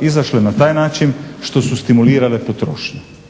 izašle na taj način što su stimulirale potrošnju,